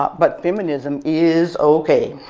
but feminism is okay.